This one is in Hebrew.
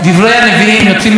ברכותיי לכולם.